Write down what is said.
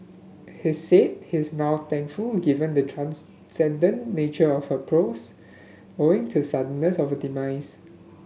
he said he is now thankful given the transcendent nature of her prose owing to suddenness of demise